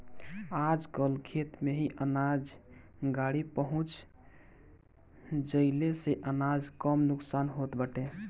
आजकल खेते में ही अनाज गाड़ी पहुँच जईले से अनाज कम नुकसान होत बाटे